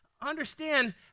understand